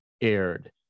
aired